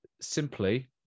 simply